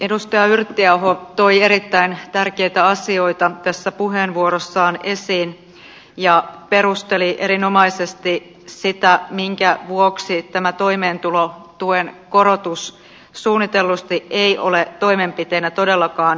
edustaja yrttiaho toi erittäin tärkeitä asioita tässä puheenvuorossaan esiin ja perusteli erinomaisesti sitä minkä vuoksi tämä toimeentulotuen korotus suunnitellusti ei ole toimenpiteenä todellakaan riittävä